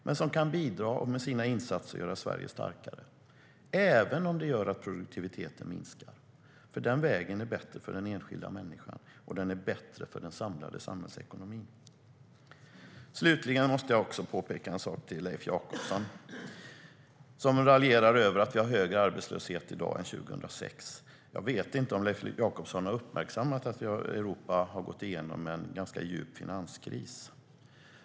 Men de kan bidra och med sina insatser göra Sverige starkare, även om det leder till att produktiviteten minskar. Den vägen är bättre för den enskilda människan, och den är bättre för den samlade samhällsekonomin. Slutligen måste jag också påpeka en sak för Leif Jakobsson som raljerar över att vi har högre arbetslöshet i dag än 2006. Jag vet inte om Leif Jakobsson har uppmärksammat att Europa har gått igenom en ganska djup finanskris.